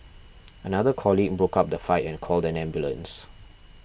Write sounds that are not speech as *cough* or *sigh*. *noise* another colleague broke up the fight and called an ambulance